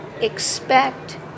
expect